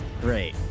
great